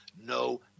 no